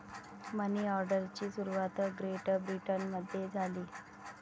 मनी ऑर्डरची सुरुवात ग्रेट ब्रिटनमध्ये झाली